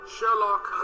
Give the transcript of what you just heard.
Sherlock